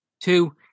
Two